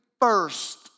first